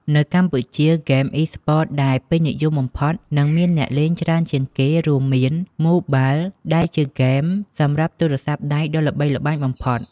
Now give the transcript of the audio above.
នៅកម្ពុជា ហ្គេមអុីស្ព័ត ដែលពេញនិយមបំផុត និងមានអ្នកលេងច្រើនជាងគេរួមមាន ម៉ូបាលដែលជាហ្គេម សម្រាប់ទូរសព្ទដៃដ៏ល្បីល្បាញបំផុត។